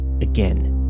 again